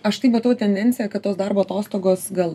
aš tai matau tendenciją kad tos darbo atostogos gal